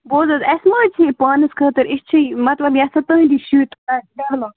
بوٗز حظ اسہِ ما حظ چھِ یہِ پانس خٲطرٕ أسۍ چھِ یہِ مطلب یژھان تُہنٛدی شُرۍ